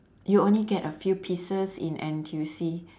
you only get a few pieces in N_T_U_C